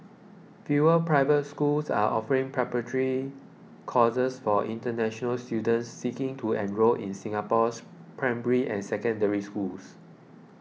fewer private schools are offering preparatory courses for international students seeking to enrol in Singapore's primary and Secondary Schools